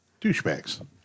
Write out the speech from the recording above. douchebags